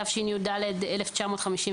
תשי"ד-1954"